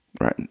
Right